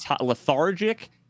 lethargic